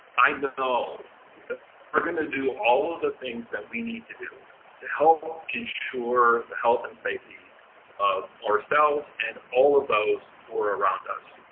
i and know that we're gonna do all of the things that we need to do to help ensure the health and safety of ourselves and all of those who are around us.